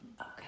okay